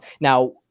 Now